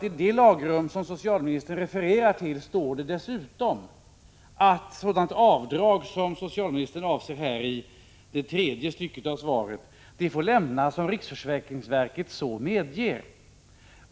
I det lagrum som socialministern refererar till stadgas att sådant avdrag som socialministern avser i det tredje stycket av svaret får göras om riksförsäkringsverket så medger.